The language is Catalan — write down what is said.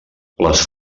les